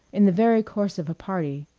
in the very course of a party,